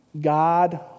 God